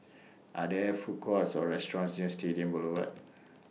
Are There Food Courts Or restaurants near Stadium Boulevard